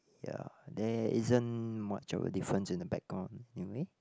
ya there isn't much of a difference in the background anyway